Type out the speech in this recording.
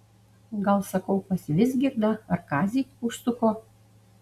gal sakau pas vizgirdą ar kazį užsuko